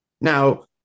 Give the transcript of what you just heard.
Now